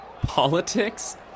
Politics